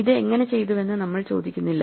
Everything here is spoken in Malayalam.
ഇത് എങ്ങനെ ചെയ്തുവെന്ന് നമ്മൾ ചോദിക്കുന്നില്ല